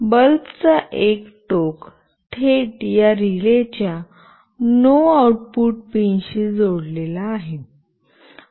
बल्बचा एक टोक थेट या रिलेच्या नो आऊटपुट पिनशी थेट जोडलेला आहे